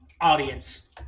audience